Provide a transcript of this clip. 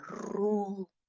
rule